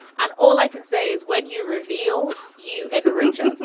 and all i can say is when you reveal you and rachel.